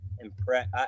impressed